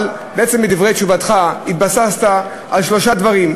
אבל בעצם בדברי תשובתך התבססת על שלושה דברים.